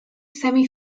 semi